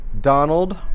Donald